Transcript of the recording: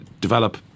develop